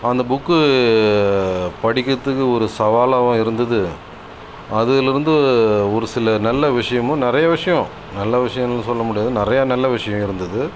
அந்த புக் படிக்கிறதுக்கு ஒரு சவாலாகவும் இருந்தது அதில் இருந்து ஒரு சில நல்ல விஷயமும் நிறையா விஷயம் நல்ல விஷயம்னு சொல்ல முடியாது நிறையா நல்ல விஷயம் இருந்தது